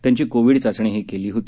त्यांची कोविड चाचणीही केली होती